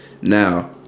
Now